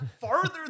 farther